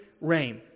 rain